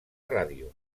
ràdio